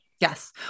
Yes